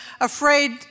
afraid